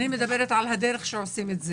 אלא על הדרך שעושים את זה.